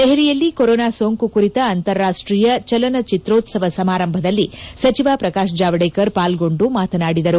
ದೆಹಲಿಯಲ್ಲಿ ಕೊರೊನಾ ಸೋಂಕು ಕುರಿತ ಅಂತಾರಾಷ್ಷೀಯ ಚಲನಚಿತ್ರೋತ್ಸವ ಸಮಾರಂಭದಲ್ಲಿ ಸಚಿವ ಪ್ರಕಾಶ್ ಜಾವಡೇಕರ್ ಪಾಲ್ಗೊಂಡು ಮಾತನಾಡಿದರು